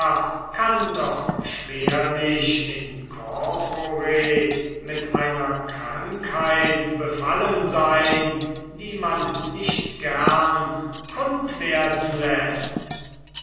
kann doch schwerlich in corpore mit einer krankheit befallen sein die man nicht gerne kund werden läßt